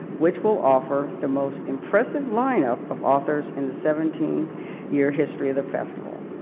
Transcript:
which will offer the most impressive line up of authors in the seventeen year history of the festival.